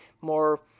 more